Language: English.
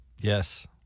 yes